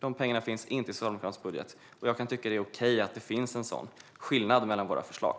De pengarna finns inte i Socialdemokraternas budget, och jag kan tycka att det är okej att det finns en sådan skillnad mellan våra förslag.